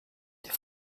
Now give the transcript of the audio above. der